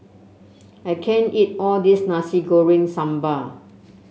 I can't eat all this Nasi Goreng Sambal